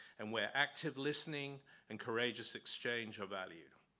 and where active listening and courageous exchange of value,